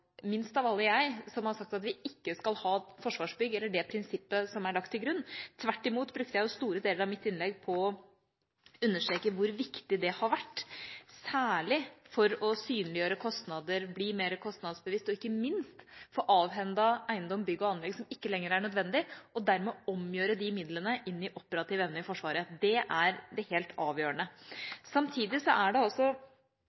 minst av alle jeg – som har sagt at vi ikke skal ha Forsvarsbygg eller det prinsippet som er lagt til grunn. Tvert imot brukte jeg store deler av mitt innlegg på å understreke hvor viktig det har vært særlig for å synliggjøre kostnader og bli mer kostnadsbevisst, og ikke minst for å få avhendet eiendommer, bygg og anlegg som ikke lenger er nødvendige, og dermed omgjøre de midlene inn i operativ evne i Forsvaret. Det er helt avgjørende.